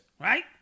right